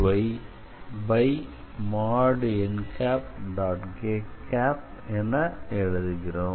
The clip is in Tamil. k| என எழுதுகிறோம்